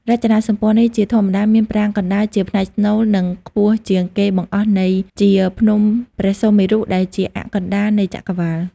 រចនាសម្ព័ន្ធនេះជាធម្មតាមានប្រាង្គកណ្តាល ជាផ្នែកស្នូលនិងខ្ពស់ជាងគេបង្កប់ន័យជា ភ្នំព្រះសុមេរុ ដែលជាអ័ក្សកណ្តាលនៃចក្រវាឡ។